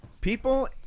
People